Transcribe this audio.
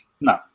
no